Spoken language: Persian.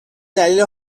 دلیل